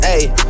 Ayy